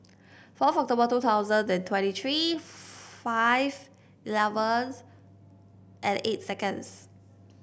fourth October two thousand and twenty three five eleven and eight seconds